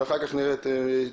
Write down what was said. ואחר כך נשמע את הארגונים.